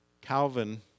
Calvin